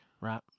Right